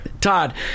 Todd